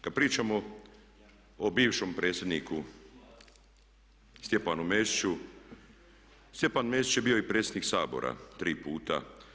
Kada pričamo o bivšem predsjedniku Stjepanu Mesiću, Stjepan Mesić je bio i predsjednik Sabora tri puta.